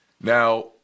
Now